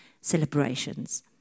celebrations